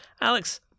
Alex